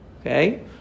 Okay